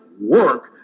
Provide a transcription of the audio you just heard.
work